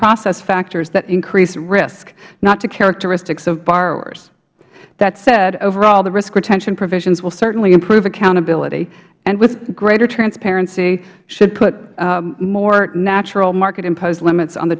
process factors that increase risk not to characteristics of borrowers that said overall the risk retention provisions will certainly improve accountability and with greater transparency should put more natural market imposed limits on the